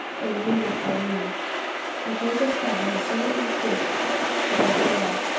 they knew not the land but they discovered a certain creek with a shore,